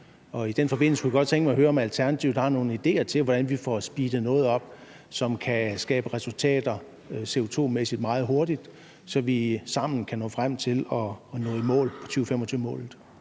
Og i den forbindelse kunne jeg godt tænke mig at høre, om Alternativet har nogle idéer til, hvordan vi får speedet noget op, som CO2-mæssigt kan skabe resultater meget hurtigt, så vi sammen kan nå frem til at nå i mål med 2025-målet.